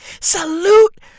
salute